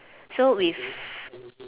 so with